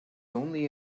only